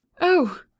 Oh